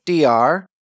Dr